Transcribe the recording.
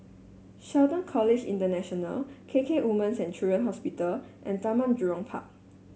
Shelton College International K K Woman's and Children Hospital and Taman Jurong Park